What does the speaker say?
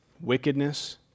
wickedness